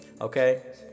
Okay